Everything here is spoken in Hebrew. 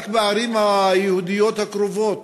רק בערים היהודיות הקרובות.